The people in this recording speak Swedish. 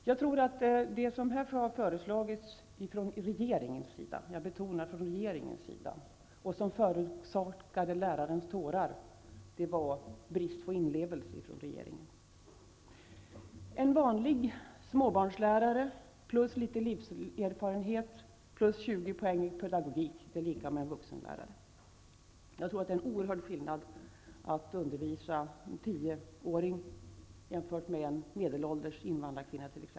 Jag tror att det som föreslagits från regeringens sida -- jag betonar att det är från regeringens sida -- och som förorsakade denna lärares tårar var bristen på inlevelse från regeringen. En vanlig småbarnslärare plus litet livserfarenhet plus 20 poäng i pedagogik är lika med en vuxenlärare. Jag tror att det är en oerhört stor skillnad på att undervisa en 10-åring och att undervisa en medelålders invandrarkvinna.